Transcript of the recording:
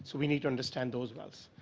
so we need to understand those wells.